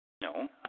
no